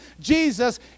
Jesus